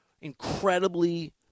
incredibly